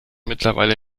mittlerweile